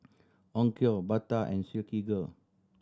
Onkyo Bata and Silkygirl